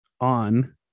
on